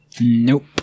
Nope